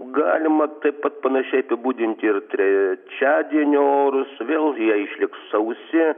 galima taip pat panašiai apibūdinti ir trečiadienio orus vėl jie išliks sausi